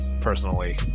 personally